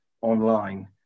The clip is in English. online